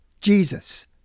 Jesus